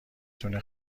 تونه